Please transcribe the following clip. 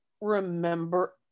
remember